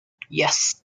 yes